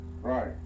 Right